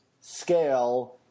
scale